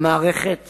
מערכת